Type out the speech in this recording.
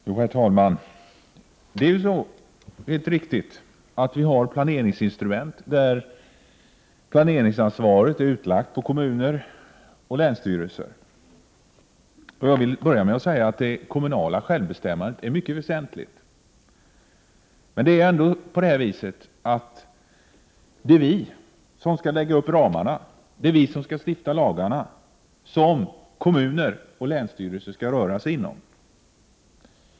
Herr talman! Det är helt riktigt att vi har planeringsinstrument där planeringsansvaret är utlagt på kommuner och länsstyrelser. Jag vill börja med att säga att det kommunala självbestämmandet är mycket väsentligt. Det är emellertid vi som skall dra upp ramarna och stifta de lagar som kommuner och länsstyrelser skall röra sig inom.